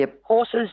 horses